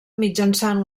mitjançant